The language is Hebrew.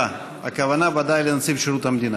הכוונה בוודאי לנציב שירות המדינה.